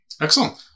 Excellent